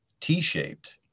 T-shaped